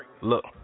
Look